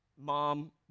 mom